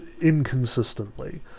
inconsistently